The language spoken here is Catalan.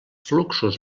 fluxos